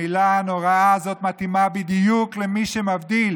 המילה הנוראה הזאת מתאימה בדיוק למי שמבדיל